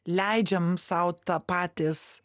leidžiam sau tą patys